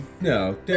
No